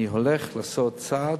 אני הולך לעשות צעד,